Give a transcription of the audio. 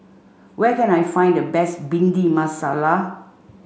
where can I find the best Bhindi Masala